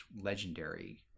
legendary